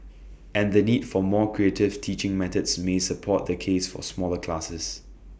and the need for more creative teaching methods may support the case for smaller classes